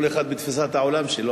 כל אחד בתפיסת העולם שלו,